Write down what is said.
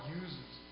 uses